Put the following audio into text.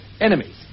enemies